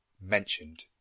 mentioned